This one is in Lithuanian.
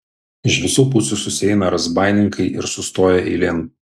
iš visų pusių susieina razbaininkai ir sustoja eilėn